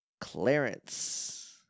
Clarence